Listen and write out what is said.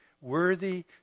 worthy